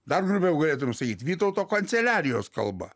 dar grubiau galėtum sakyt vytauto kanceliarijos kalba